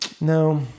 no